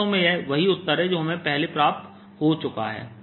वास्तव में यह वही उत्तर है जो हमें पहले प्राप्त हो चुका है